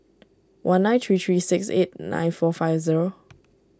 one nine three three six eight nine four five zero